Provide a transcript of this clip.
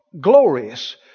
glorious